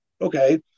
Okay